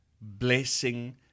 blessing